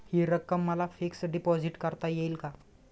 हि रक्कम मला फिक्स डिपॉझिट करता येईल का?